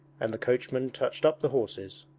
and the coachman touched up the horses.